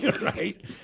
Right